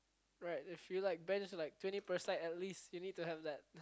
right if you like bench like twenty per side at least you need to have that